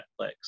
Netflix